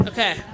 Okay